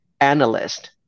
analyst